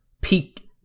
peak